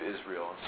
Israel